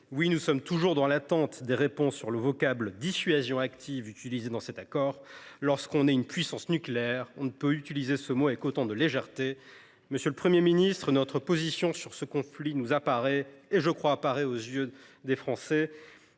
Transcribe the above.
Nous sommes toujours dans l’attente des réponses sur l’expression « dissuasion active » utilisée dans cet accord : lorsqu’on est une puissance nucléaire, on ne peut employer ce mot avec autant de légèreté. Monsieur le Premier ministre, notre position sur ce conflit nous apparaît et, je crois, apparaît à des millions de Français